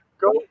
go